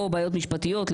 או בעיות משפטיות,